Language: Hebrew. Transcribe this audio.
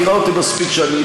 את מכירה אותי מספיק שנים,